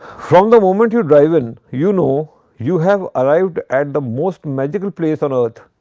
from the moment you drive in, you know you have arrived at the most magical place on earth.